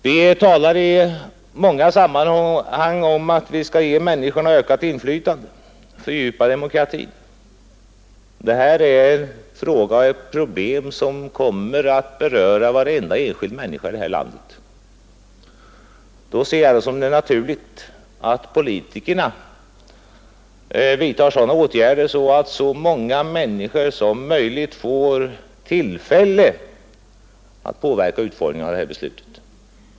Vi talar i många sammanhang om att vi skall ge människorna ökat inflytande och fördjupa demokratin. Det här är en fråga och ett problem som kommer att beröra varenda enskild människa i det här landet. Då ser jag det som naturligt att politikerna vidtar sådana åtgärder att så många människor som möjligt får tillfälle att påverka utformningen av beslutet.